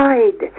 Hide